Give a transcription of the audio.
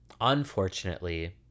Unfortunately